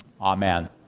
Amen